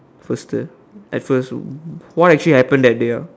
first at first what actually happen that day